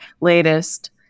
latest